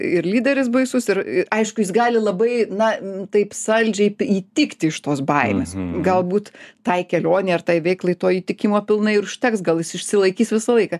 ir lyderis baisus ir aišku jis gali labai na taip saldžiai įtikti iš tos baimės galbūt tai kelionei ar tai veiklai to įtikimo pilnai ir užteks gal jis išsilaikys visą laiką